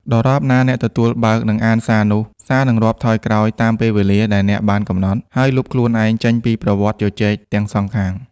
ដរាបណាអ្នកទទួលបើក និងអានសារនោះ សារនឹងរាប់ថយក្រោយតាមពេលវេលាដែលអ្នកបានកំណត់ ហើយលុបខ្លួនឯងចេញពីប្រវត្តិជជែកទាំងសងខាង។